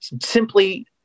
simply